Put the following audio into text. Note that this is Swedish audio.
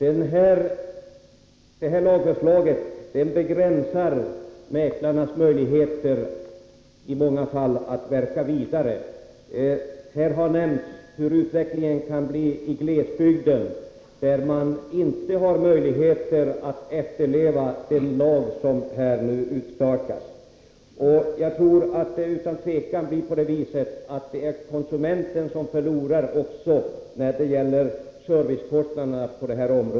Enligt lagförslaget begränsas många mäklares möjligheter att fortsätta sin verksamhet. Här har nämnts hur utvecklingen kan bli i glesbygden, där man inte har möjlighet att efterleva den lag som nu utstakas. Utan tvivel blir det konsumenten som förlorar också när det gäller servicekostnaderna.